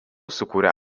sukūrė